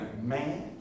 man